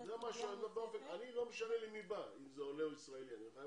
לא משנה לי אם מדובר בעולה שמגיע לכאן או אם מגיע לכאן ישראלי חוזר,